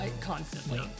Constantly